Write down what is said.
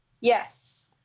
Yes